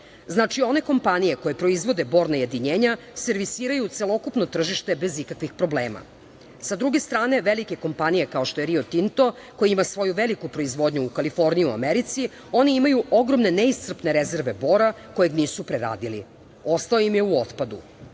one kompanije koje proizvode borna jedinjenja servisiraju celokupno tržište bez ikakvih problema. Sa druge strane, velike kompanije, kao što je Rio Tinto, koji ima svoju veliku proizvodnju u Kaliforniji u Americi, oni imaju ogromne neiscrpne rezerve bora kojeg nisu preradili. Ostao im je u otpadu.